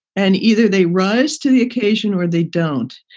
and either they rose to the occasion or they don't.